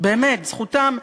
באמת זכותם.